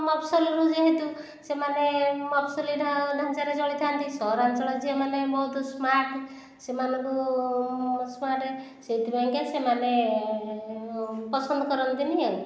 ମଫସଲରୁ ଯେହେତୁ ସେମାନେ ମଫସଲି ଢାଞ୍ଚାରେ ଚଳିଥାନ୍ତି ସହରାଞ୍ଚଳର ଝିଅମାନେ ବହୁତ ସ୍ମାର୍ଟ ସେମାନଙ୍କୁ ସ୍ମାର୍ଟ ସେଥିପାଇଁକି ସେମାନେ ପସନ୍ଦ କରନ୍ତି ନାହିଁ ଆଉ